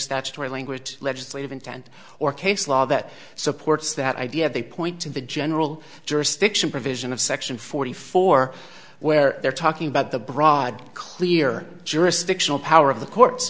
statutory language legislative intent or case law that supports that idea they point to the general jurisdiction provision of section forty four where they're talking about the broad clear jurisdictional power of the courts